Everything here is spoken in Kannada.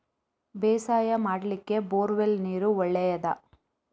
ಬೇಸಾಯ ಮಾಡ್ಲಿಕ್ಕೆ ಬೋರ್ ವೆಲ್ ನೀರು ಒಳ್ಳೆಯದಾ?